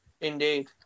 Indeed